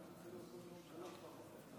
תודה רבה.